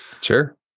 sure